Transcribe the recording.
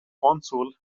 console